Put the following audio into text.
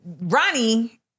Ronnie